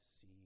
see